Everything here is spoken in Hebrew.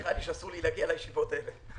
נראה לי שאסור לי להגיע לישיבות האלה.